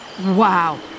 Wow